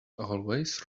always